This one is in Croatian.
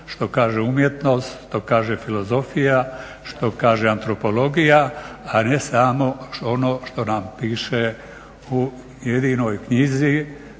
što kaže umjetnost, što kaže filozofija, što kaže antropologija a ne samo ono što nam piše u jedinoj knjizi